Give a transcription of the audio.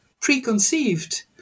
preconceived